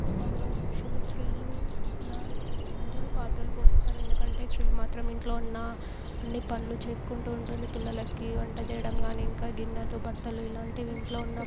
కుటుంబంలో పురుషులు స్త్రీలు ఇలా అందరూ పాత్రలు పోషిస్తారు ఎందుకంటే స్త్రీలు మాత్రమే ఇంట్లో ఉన్న అన్ని పనులు చేసుకుంటూ ఉంటుంది పిల్లలకి వంట చేయడం కాని ఇంకా గిన్నెలు బట్టలు ఇలాంటివి ఇంట్లో ఉన్న